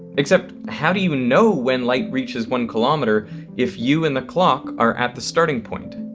except how do you know when light reaches one kilometer if you and the clock are at the starting point?